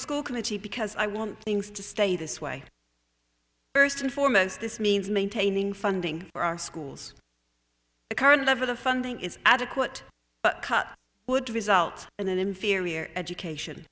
school committee because i want things to stay this way first and foremost this means maintaining funding for our schools the current level of funding is adequate but cut would result in an inferior education